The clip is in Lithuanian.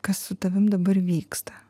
kas su tavim dabar vyksta